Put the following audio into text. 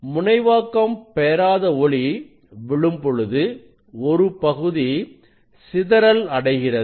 முனைவாக்கம் பெறாத ஒளி விழும் பொழுது ஒரு பகுதி சிதறல் அடைகிறது